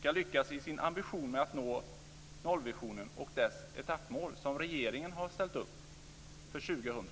ska lyckas i sin ambition att nå nollvisionen och det etappmål som regeringen har ställt upp för 2000.